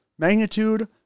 Magnitude